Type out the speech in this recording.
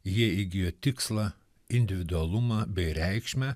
jie įgijo tikslą individualumą bei reikšmę